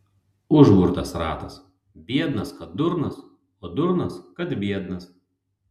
užburtas ratas biednas kad durnas o durnas kad biednas